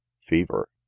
Fever